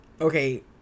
okay